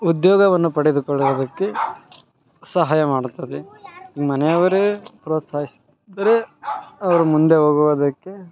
ಉದ್ಯೋಗವನ್ನು ಪಡೆದುಕೊಳ್ಳುವುದಕ್ಕೆ ಸಹಾಯ ಮಾಡುತ್ತದೆ ಮನೆಯವರೇ ಪ್ರೋತ್ಸಾಹಿಸ ದ್ರೆ ಅವರು ಮುಂದೆ ಹೋಗುದಕ್ಕೆ